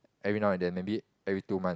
every now and then maybe every two month